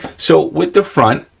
so, with the front,